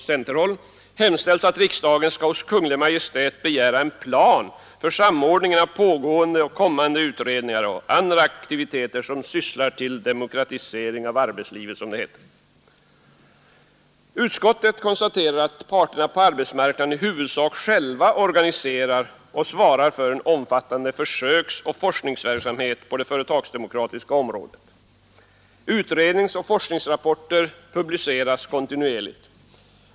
Utskottet finner att parterna på arbetsmarknaden i huvudsak själva organiserar och svarar för en omfattande försöksoch forskningsverksamhet på det företagsdemokratiska området. Utredningsoch forskningsrapporter publiceras kontinuerligt.